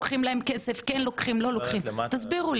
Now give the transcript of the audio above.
תרדו למטה לשירותים,